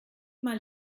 mal